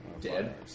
Dead